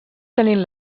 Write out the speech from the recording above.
tenint